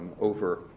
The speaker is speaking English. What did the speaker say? over